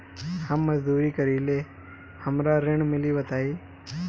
हम मजदूरी करीले हमरा ऋण मिली बताई?